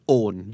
own